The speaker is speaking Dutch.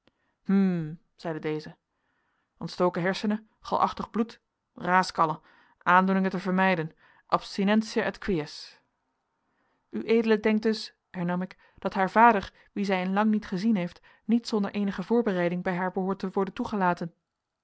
zeide deze ontstoken hersenen galachtig bloed raaskallen aandoeningen te vermijden abstinentia et quies ued denkt dus hernam ik dat haar vader wien zij in lang niet gezien heeft niet zonder eenige voorbereiding bij haar behoort te worden toegelaten